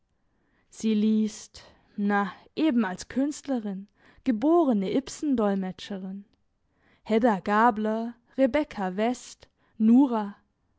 sie liest na eben als künstlerin geborene ibsendolmetscherin hedda gabler rebekka west nora